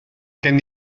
gen